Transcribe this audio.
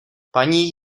paní